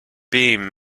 beam